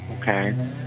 Okay